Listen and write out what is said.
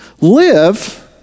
live